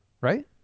right